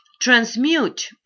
transmute